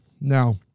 now